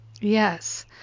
yes